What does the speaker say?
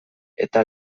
eta